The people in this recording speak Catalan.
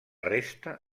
resta